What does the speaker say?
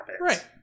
right